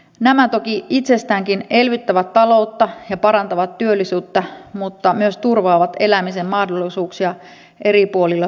nämä toki itsestäänkin elvyttävät taloutta ja parantavat työllisyyttä mutta myös turvaavat elämisen mahdollisuuksia eri puolilla suomea